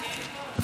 תודה רבה.